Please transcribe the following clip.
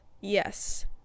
yes